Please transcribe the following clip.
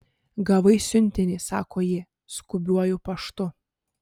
gavai siuntinį sako ji skubiuoju paštu